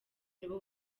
nibo